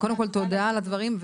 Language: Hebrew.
קודם כל, תודה על הדברים.